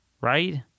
Right